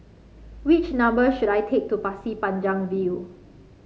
which number should I take to Pasir Panjang View